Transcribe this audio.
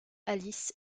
alice